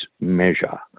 measure